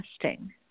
testing